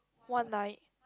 one night